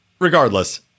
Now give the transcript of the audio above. Regardless